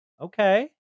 Okay